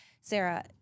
Sarah